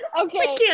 okay